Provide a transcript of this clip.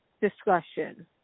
discussion